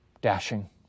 dashing